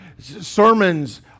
sermons